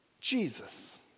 Jesus